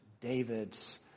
David's